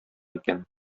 икән